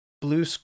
blue